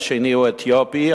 השני הוא אתיופי,